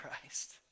Christ